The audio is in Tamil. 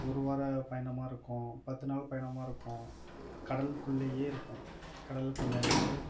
ஒரு வார பயணமாக இருக்கும் பத்துநாள் பயணமாக இருக்கும் கடல் குள்ளேயே இருக்கும் கடலுக்கு மேலேயே